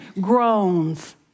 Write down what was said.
groans